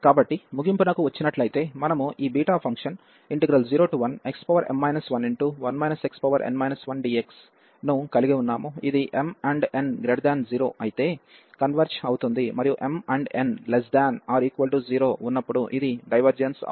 కాబట్టి ముగింపునకు వచ్చినట్లైతే మనము ఈ beta function 01xm 11 xn 1dx ను కలిగి ఉన్నాము ఇది m n 0 అయితే కన్వెర్జ్ అవుతుంది మరియు m n≤0 ఉన్నప్పుడు ఇది డైవర్జెన్స్ అవుతుంది